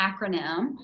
acronym